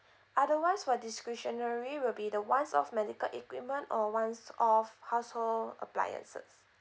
otherwise for discretionary will be the ones of medical equipment or once of household appliances